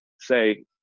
say